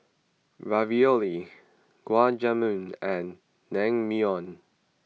Ravioli Gulab Jamun and Naengmyeon